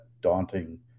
daunting